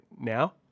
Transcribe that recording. now